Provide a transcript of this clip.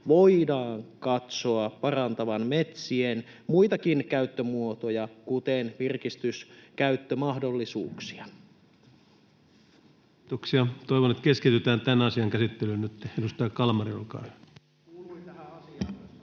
voidaan katsoa parantavan metsien muitakin käyttömuotoja, kuten virkistyskäyttömahdollisuuksia. Kiitoksia. — Toivon, että nyt keskitytään tämän asian käsittelyyn. — Edustaja Kalmari, olkaa hyvä.